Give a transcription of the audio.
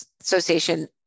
Association